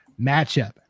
matchup